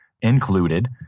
included